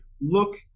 look